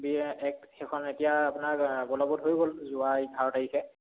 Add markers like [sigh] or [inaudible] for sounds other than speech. [unintelligible] সেইখন এতিয়া আপোনাৰ বলৱৎ হৈ গ'ল যোৱা এঘাৰ তাৰিখে